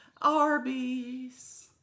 Arby's